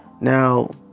Now